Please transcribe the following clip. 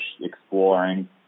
exploring